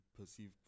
perceive